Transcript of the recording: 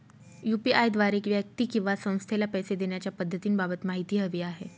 UPI द्वारे व्यक्ती किंवा संस्थेला पैसे देण्याच्या पद्धतींबाबत माहिती हवी आहे